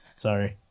Sorry